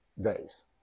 days